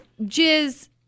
Jizz